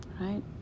right